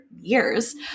years